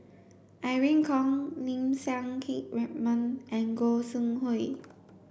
Irene Khong Lim Siang Keat Raymond and Gog Sing Hooi